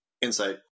Insight